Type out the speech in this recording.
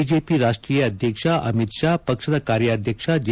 BJP ರಾಷ್ತೀಯ ಅಧ್ಯಕ್ಷ ಅಮಿತ್ ಶಾ ಪಕ್ಷದ ಕಾರ್ಯಾಧ್ಯಕ್ಷ ಜೆ